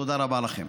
תודה רבה לכם.